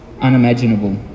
unimaginable